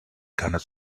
cannot